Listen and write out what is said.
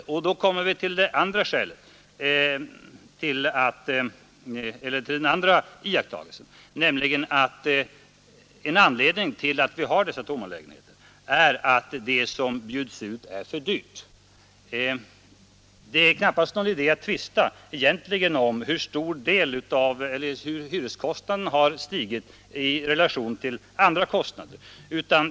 53 Då kommer vi till den andra iakttagelsen, nämligen att en anledning till att vi har dessa tomma lägenheter är att de som bjuds ut är för dyra. Egentligen är det ingen idé att tvista om hur hyreskostnaderna har stigit i relation till andra kostnader.